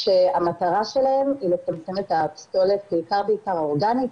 שהמטרה שלהם היא לצמצם הפסולת בעיקר האורגנית.